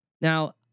Now